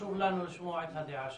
וחשוב לנו לשמוע את הדעה שלך.